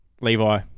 Levi